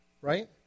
right